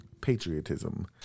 patriotism